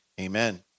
amen